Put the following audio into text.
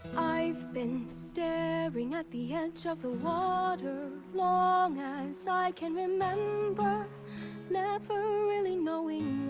i've been staring at the edge of the water long as so i can remember never really knowing